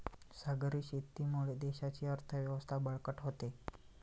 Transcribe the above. सागरी शेतीमुळे देशाची अर्थव्यवस्था बळकट होते